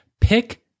Pick